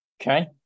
Okay